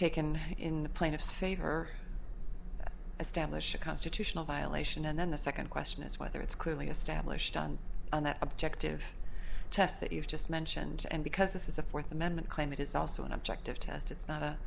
taken in the plaintiff's faith her establish a constitutional violation and then the second question is whether it's clearly established on on that objective test that you've just mentioned and because this is a fourth amendment claim it is also an objective test it's not a